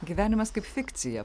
gyvenimas kaip fikcija